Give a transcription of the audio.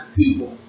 people